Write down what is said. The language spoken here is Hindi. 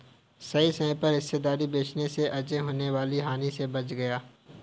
सही समय पर हिस्सेदारी बेचने से अजय होने वाली हानि से बच गया